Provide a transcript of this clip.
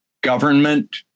government